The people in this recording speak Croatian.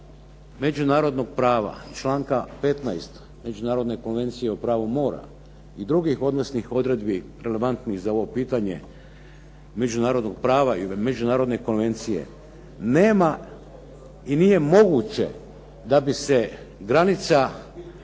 međunarodnog prava članka 15. Međunarodne konvencije o pravu mora i drugih odnosnih odredbi relevantnih za ovo pitanje međunarodnog prava ili međunarodne konvencije nema i nije moguće da bi se granica